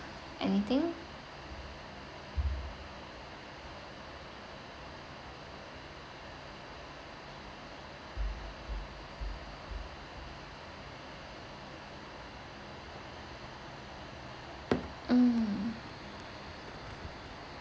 anything mm